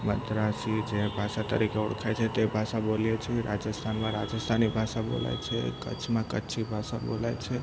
મદ્રાસી જે ભાષા તરીકે ઓળખાય છે તે ભાષા બોલીએ છીએ રાજસ્થાનમાં રાજસ્થાની ભાષા બોલાય છે કચ્છમાં કચ્છી ભાષા બોલાય છે